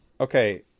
Okay